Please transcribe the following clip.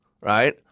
Right